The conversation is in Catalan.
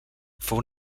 fou